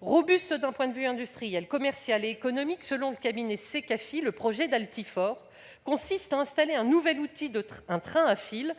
Robuste d'un point de vue industriel, commercial et économique, selon le cabinet Secafi, le projet d'Altifort consiste à installer un nouvel outil : un train à fil.